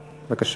בבקשה.